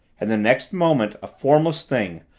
and the next moment a formless thing,